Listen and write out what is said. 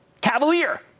Cavalier